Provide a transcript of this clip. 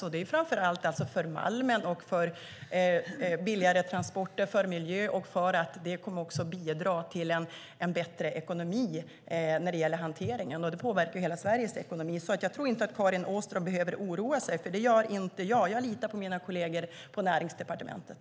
Det handlar framför allt om malmen, om billigare transporter och om miljön. Detta kommer också att bidra till en bättre ekonomi när det gäller hanteringen. Det påverkar hela Sveriges ekonomi. Jag tror inte att Karin Åström behöver oroa sig, för det gör inte jag. Jag litar på mina kolleger på Näringsdepartementet.